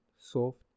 soft